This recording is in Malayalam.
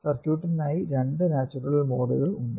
സർക്യൂട്ടിനായി രണ്ട് നാച്ചുറൽ മോഡുകൾ ഉണ്ട്